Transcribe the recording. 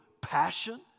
passion